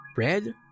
Red